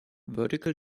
vertical